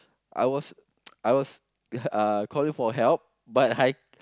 I was I was uh calling for help but I